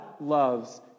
loves